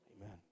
Amen